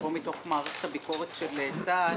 לבוא מתוך מערך הביקורת של צה"ל